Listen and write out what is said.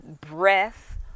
breath